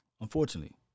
Unfortunately